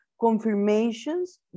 confirmations